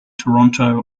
toronto